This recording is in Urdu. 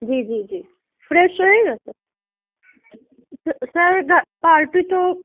جی جی جی فریش رہے گا سر سر پارٹی تو